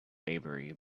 maybury